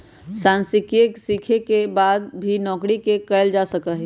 सांख्यिकी के सीखे के बाद बहुत सी नौकरि के कइल जा सका हई